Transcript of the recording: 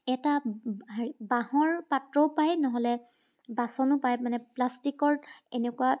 এটা হেৰি বাঁহৰ পাত্ৰও পায় নহ'লে বাচনো পায় মানে প্লাষ্টিকৰ এনেকুৱা